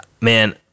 man